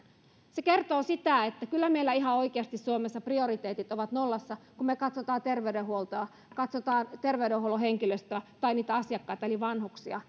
se kertoo sitä että kyllä meillä ihan oikeasti suomessa prioriteetit ovat nollassa kun me katsomme terveydenhuoltoa katsomme terveydenhuollon henkilöstöä tai niitä asiakkaita eli vanhuksia